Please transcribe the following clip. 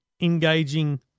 engaging